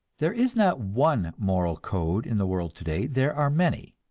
there is not one moral code in the world today, there are many.